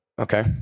Okay